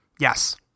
Yes